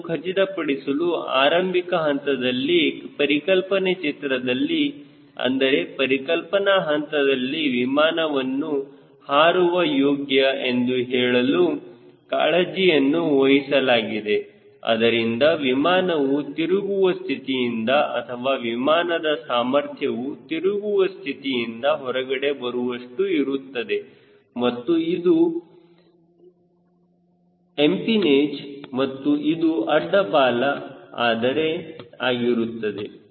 ಅದನ್ನು ಖಚಿತಪಡಿಸಲು ಆರಂಭಿಕ ಹಂತದಲ್ಲಿನ ಪರಿಕಲ್ಪನೆ ಚಿತ್ರದಲ್ಲಿ ಅಂದರೆ ಪರಿಕಲ್ಪನಾ ಹಂತದಲ್ಲಿ ವಿಮಾನವನ್ನು ಹಾರಲು ಯೋಗ್ಯ ಎಂದು ಹೇಳಲು ಕಾಳಜಿಯನ್ನುವಹಿಸಲಾಗಿದೆ ಅದರಿಂದ ವಿಮಾನವು ತಿರುಗುವ ಸ್ಥಿತಿಯಿಂದ ಅಥವಾ ವಿಮಾನದ ಸಾಮರ್ಥ್ಯವು ತಿರುಗುವ ಸ್ಥಿತಿಯಿಂದ ಹೊರಗಡೆ ಬರುವಷ್ಟು ಇರುತ್ತದೆ ಮತ್ತು ಅದು ಇದು ಎಂಪಿನೇಜ ಮತ್ತು ಇದು ಅಡ್ಡ ಬಾಲ ಆದರೆ ಆಗಿರುತ್ತದೆ